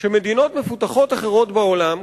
שמדינות מפותחות אחרות בעולם,